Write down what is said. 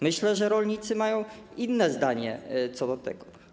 Myślę, że rolnicy mają inne zdanie co do tego.